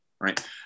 right